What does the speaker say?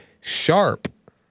sharp